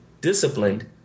disciplined